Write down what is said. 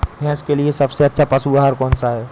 भैंस के लिए सबसे अच्छा पशु आहार कौन सा है?